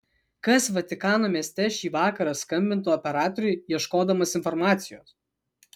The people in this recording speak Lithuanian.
kas vatikano mieste šį vakarą skambintų operatoriui ieškodamas informacijos